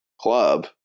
club